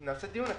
נעשה דיון אצלנו.